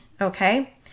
Okay